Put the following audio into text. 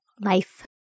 life